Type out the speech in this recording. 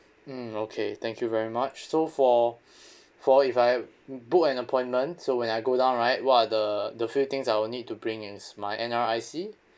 mm okay thank you very much so for for if I book an appointment so when I go down right what are the the few things I will need to bring in my N_R_I_C